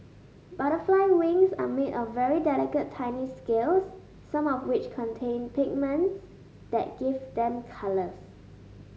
butterfly wings are made of very delicate tiny scales some of which contain pigments that give them colours